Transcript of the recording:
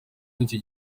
nk’iki